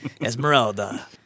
Esmeralda